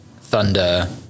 thunder